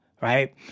right